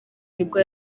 nibwo